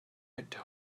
had